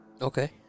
Okay